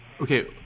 okay